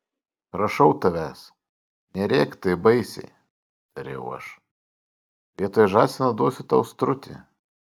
prašau tavęs nerėk taip baisiai tariau aš vietoj žąsino duosiu tau strutį